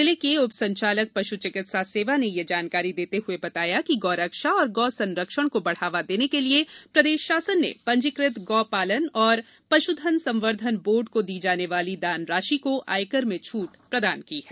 जिले के उपसंचालक पश् चिकित्सा सेवा ने ये जानकारी देते हए बताया कि गौ रक्षा एवं गौ संरक्षण को बढ़ावा देने के लिए प्रदेश शासन ने पंजीकृत गौ पालन एवं पश्धन संवर्धन बोर्ड को दी जाने वाली दान राशि को आयकर में छूट प्रदान की है